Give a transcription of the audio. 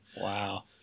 Wow